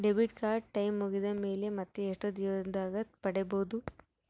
Debit card time ಮುಗಿದ ಮೇಲೆ ಮತ್ತೆ ಎಷ್ಟು ದಿನದಾಗ ಪಡೇಬೋದು?